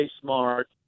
Smart